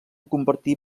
compartir